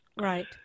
Right